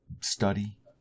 study